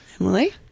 Emily